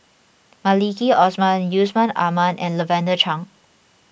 Maliki Osman Yusman Aman and Lavender Chang